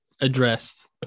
addressed